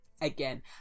Again